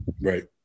Right